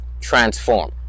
transform